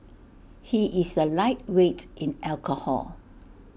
he is A lightweight in alcohol